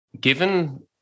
given